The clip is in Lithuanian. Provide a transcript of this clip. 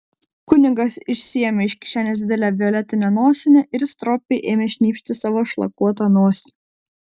kunigas išsiėmė iš kišenės didelę violetinę nosinę ir stropiai ėmė šnypšti savo šlakuotą nosį